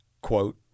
quote